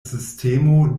sistemo